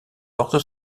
porte